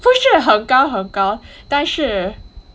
不是很高很高但是